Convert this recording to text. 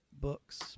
books